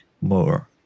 more